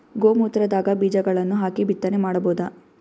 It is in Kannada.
ಗೋ ಮೂತ್ರದಾಗ ಬೀಜಗಳನ್ನು ಹಾಕಿ ಬಿತ್ತನೆ ಮಾಡಬೋದ?